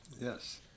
Yes